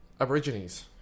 Aborigines